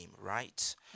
right